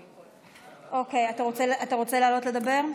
אוקיי, אתה רוצה לעלות לדבר?